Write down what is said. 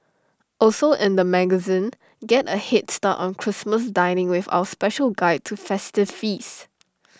also in the magazine get A Head start on Christmas dining with our special guide to festive feasts